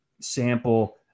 sample